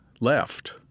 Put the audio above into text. left